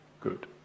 good